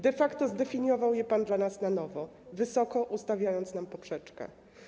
De facto zdefiniował je pan dla nas na nowo, wysoko ustawiając nam poprzeczkę.